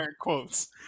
quotes